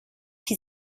qui